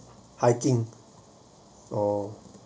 hiking oh